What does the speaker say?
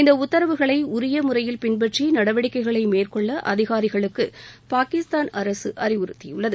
இந்த உத்தரவுகளை உரிய முறையில் பின்பற்றி நடவடிக்கைகளை மேற்கொள்ள அதிகாரிகளுக்கு பாகிஸ்தான் அரசு அறிவுறுத்தியுள்ளது